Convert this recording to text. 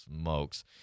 smokes